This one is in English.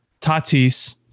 Tatis